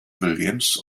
williams